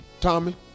Tommy